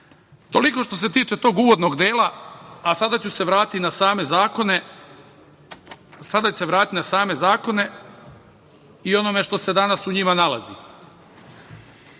Toliko, što se tiče tog uvodnog dela. Sada ću se vratiti na same zakone i onome što se danas u njima nalazi.